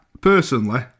personally